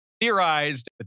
theorized